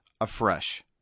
afresh